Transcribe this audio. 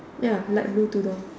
ya like blue tudung